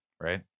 right